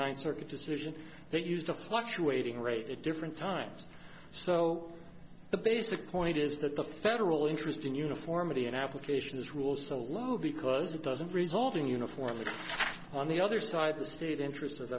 ninth circuit decision that used to fluctuating rate at different times so the basic point is that the federal interest in uniformity in application is rule so low because it doesn't result in uniform on the other side the state interest as